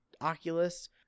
Oculus